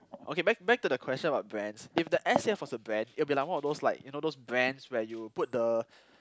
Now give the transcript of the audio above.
okay back back to the question about brands if the S here was a brand it will be like one of those like you know those brands where you put the